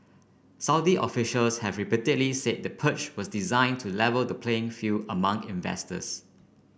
Saudi officials have repeatedly said the purge was designed to level the playing field among investors